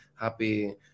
happy